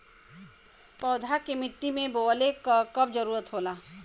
पौधा के मिट्टी में बोवले क कब जरूरत होला